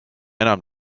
enam